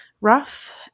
rough